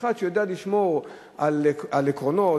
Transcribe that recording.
אחד שיודע לשמור על עקרונות,